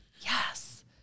Yes